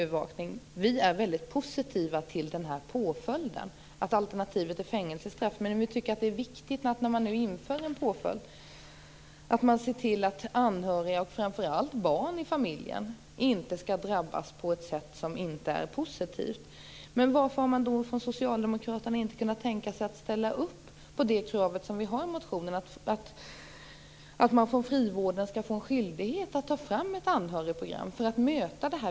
Vi är positiva till påföljden som ett alternativ till fängelsestraff. Det är viktigt att när en påföljd införs att se till att anhöriga - framför allt barnen - inte skall drabbas på ett negativt sätt. Varför har då socialdemokraterna inte kunnat ställa upp på vårt krav i motionerna att man inom frivården skall ha skyldighet att ta fram anhörigprogram?